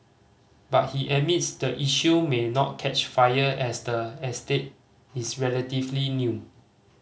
but he admits the issue may not catch fire as the estate is relatively new